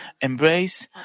embrace